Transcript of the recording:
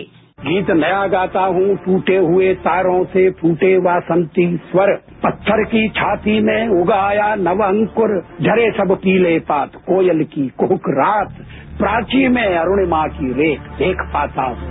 bite गीत नया गाता हूं टूटे हुए तारों से फूटे बासती स्वर पत्थर की छाती में उग आया नव अंकुर झरे सब पीले पात कोयल की कूक रात प्राची में अरुणिमा की रेख देख पाता हूं